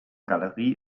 galerie